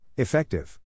Effective